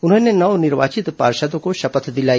उन्होंने नव निर्वाचित पार्षदों को शपथ दिलाई